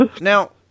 now